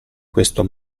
questo